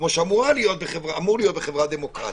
כמו שאמור להיות בחברה דמוקרטית,